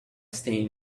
staying